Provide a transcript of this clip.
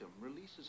releases